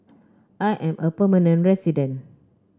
I am a permanent resident